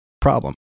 Problem